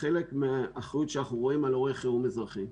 כחלק מהאחריות שאנחנו רואים על אירועי חירום אזרחי.